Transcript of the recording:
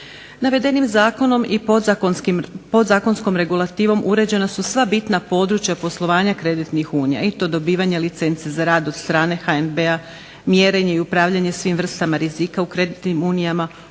Navedenim zakonom i podzakonskom regulativom uređena su sva bitna područja poslovanja kreditnih unija i to dobivanje licence za rad od strane HNB-a, mjere i upravljanje svim vrstama rizika u kreditnim unijama,